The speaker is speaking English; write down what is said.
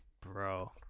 Bro